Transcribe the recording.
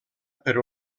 per